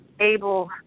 able